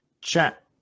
chat